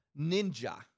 Ninja